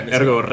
Ergo